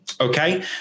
Okay